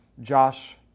Josh